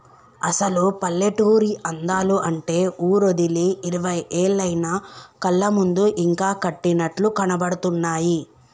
అసలు పల్లెటూరి అందాలు అంటే ఊరోదిలి ఇరవై ఏళ్లయినా కళ్ళ ముందు ఇంకా కట్టినట్లు కనబడుతున్నాయి